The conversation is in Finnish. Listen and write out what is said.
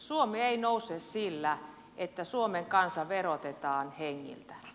suomi ei nouse sillä että suomen kansa verotetaan hengiltä